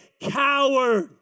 coward